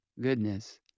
goodness